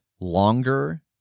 longer